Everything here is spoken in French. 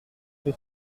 que